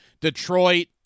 Detroit